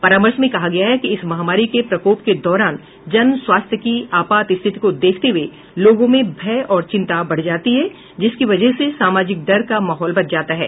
परामर्श में कहा गया है कि इस महामारी के प्रकोप के दौरान जन स्वास्थ्य की आपात स्थिति को देखते हुए लोगों में भय और चिंता बढ़ जाती है जिसकी वजह से सामाजिक डर का माहौल बन जाता है